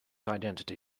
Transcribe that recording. identity